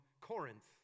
Corinth